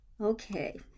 Okay